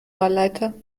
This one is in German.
wahlleiter